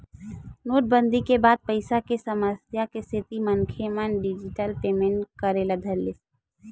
नोटबंदी के बाद पइसा के समस्या के सेती मनखे मन डिजिटल पेमेंट करे ल धरिस